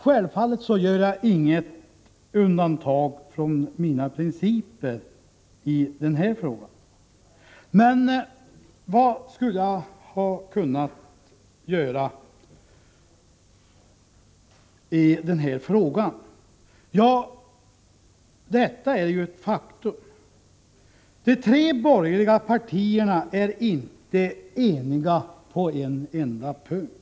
Självfallet gör jag inget undantag från mina principer i denna fråga, men vad skulle jag ha gjort? Det är ju ett faktum att de tre borgerliga partierna inte är eniga på en enda punkt.